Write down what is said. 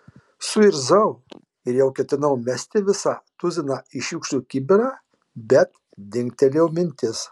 suirzau ir jau ketinau mesti visą tuziną į šiukšlių kibirą bet dingtelėjo mintis